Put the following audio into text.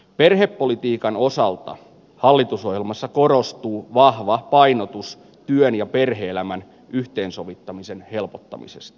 perhepolitiikan osalta hallitusohjelmassa korostuu vahva painotus työn ja perhe elämän yhteensovittamisen helpottamiseksi